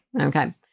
Okay